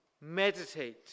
meditate